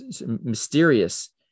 mysterious